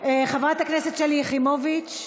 חברת הכנסת שלי יחימוביץ,